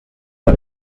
for